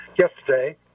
yesterday